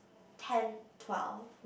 ten twelve